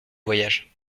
voyage